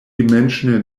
dimensional